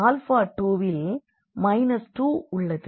alpha 2 வில் minus 2 உள்ளது